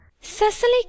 Cecily